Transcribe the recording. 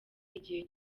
igihe